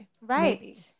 Right